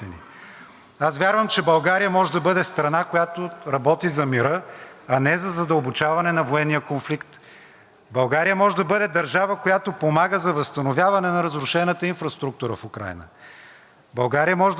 България може да бъде държава, която помага за възстановяване на разрушената инфраструктура в Украйна. България може да бъде държава, която оказва сериозна хуманитарна помощ, особено в районите, населени с етнически българи.